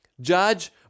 Judge